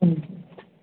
ம்